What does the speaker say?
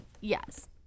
Yes